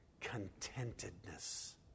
contentedness